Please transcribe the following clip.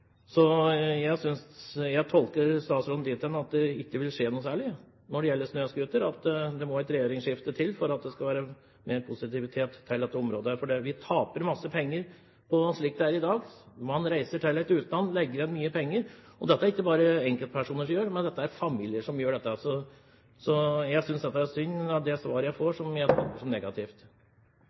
Jeg tolker statsråden dit hen at det ikke vil skje noe særlig når det gjelder snøscootere, og at det må et regjeringsskifte til for at man skal være mer positive på dette området. For man taper mange penger slik det er i dag. Man reiser til utlandet og legger igjen mye penger. Dette gjelder ikke bare enkeltpersoner, men det er familier som gjør dette. Jeg synes det er synd at jeg får det svaret jeg får, som jeg tolker som negativt.